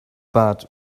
but